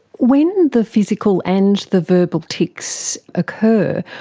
when the physical and the verbal tics occur,